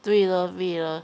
对 lor 对 lor